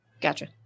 Gotcha